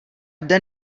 jde